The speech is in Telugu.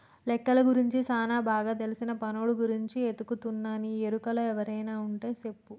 లెక్కలు గురించి సానా బాగా తెల్సిన పనోడి గురించి ఎతుకుతున్నా నీ ఎరుకలో ఎవరైనా వుంటే సెప్పు